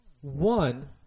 one